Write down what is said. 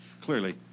clearly